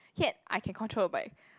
yet I can control the bike